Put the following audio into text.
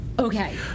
Okay